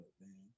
man